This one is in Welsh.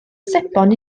sebon